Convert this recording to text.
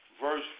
verse